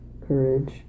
courage